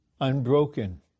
unbroken